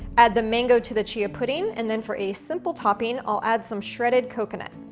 add the mango to the chia pudding and then for a simple topping i'll add some shredded coconut.